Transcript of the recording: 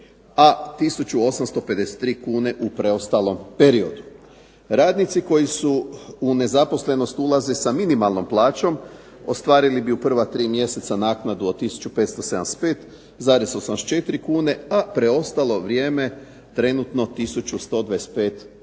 a 1853 kune u preostalom periodu. Radnici koji su u nezaposlenost ulaze sa minimalnom plaćom ostvarili bi u prva tri mjeseca naknadu od 1575,84 kune, a preostalo vrijeme trenutno 1125,60